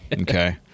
Okay